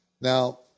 Now